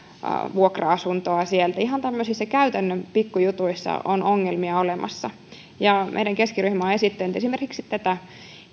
vuokra asuntoa sieltä ihan tämmöisissä käytännön pikku jutuissa on ongelmia olemassa meidän keskiryhmä on esittänyt esimerkiksi tätä